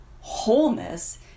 wholeness